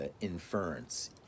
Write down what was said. inference